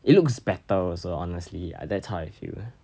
it looks better also honestly that's how I feel